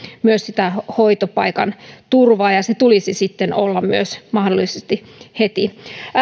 myös sitä hoitopaikan turvaa ja sen tulisi sitten olla myös mahdollista heti